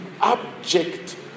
abject